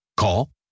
Call